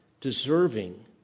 deserving